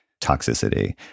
toxicity